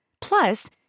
Plus